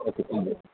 okay thank you